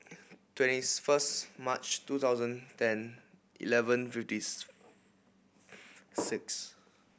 twenties first March two thousand ten eleven fifties six